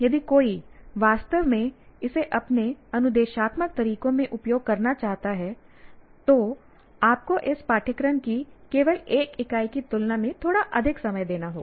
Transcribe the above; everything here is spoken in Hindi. यदि कोई वास्तव में इसे अपने अनुदेशात्मक तरीकों में उपयोग करना चाहता है तो आपको इस पाठ्यक्रम की केवल एक इकाई की तुलना में थोड़ा अधिक समय देना होगा